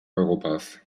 europas